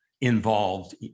involved